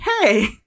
Hey